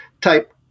Type